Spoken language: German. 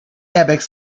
airbags